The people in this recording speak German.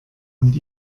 und